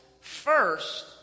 First